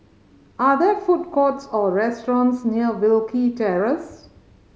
are there food courts or restaurants near Wilkie Terrace